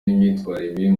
n’imyitwarire